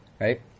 right